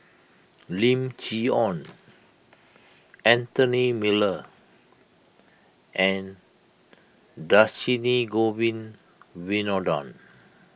Lim Chee Onn Anthony Miller and Dhershini Govin Winodan